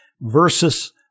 versus